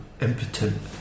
impotent